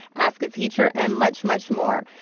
ask a teacher and much much more.